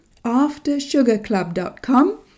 AfterSugarClub.com